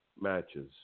matches